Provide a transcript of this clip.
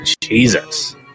Jesus